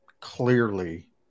clearly